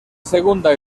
segunda